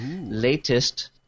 latest